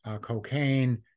cocaine